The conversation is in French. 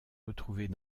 retrouvés